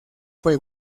fue